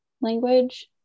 language